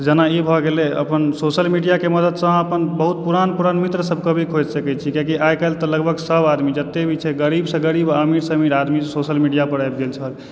तऽ जेना ई भऽ गेलै अपन सोशल मीडिया के मदत सऽ अहाँ अपन बहुत पुरान पुरान मित्र सबके भी खोइज सकै छी कियाकि आइकाल्हि तऽ लगभग सब आदमी जते भी छै गरीब सऽ गरीब आ अमीर सऽ अमीर सोशल मीडिया पर आबि गेल छल